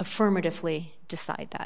affirmatively decide that